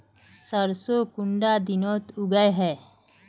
सरसों कुंडा दिनोत उगैहे?